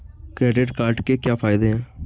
Credit card के क्या फायदे हैं?